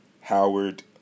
Howard